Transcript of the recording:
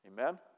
Amen